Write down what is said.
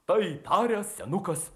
tai taręs senukas